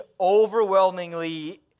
overwhelmingly